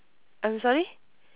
I'm sorry